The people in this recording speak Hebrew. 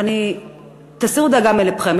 ותסירו דאגה מלבכם,